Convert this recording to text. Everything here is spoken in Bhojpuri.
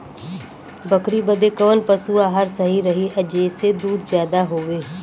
बकरी बदे कवन पशु आहार सही रही जेसे दूध ज्यादा होवे?